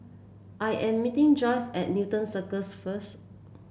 I am meeting Joyce at Newton Circus first